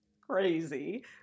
crazy